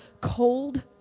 cold